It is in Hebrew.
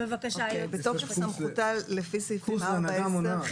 בתוקף סמכותה לפי סעיפים 4, 10,